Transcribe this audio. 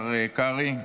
השר קרעי,